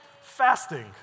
fasting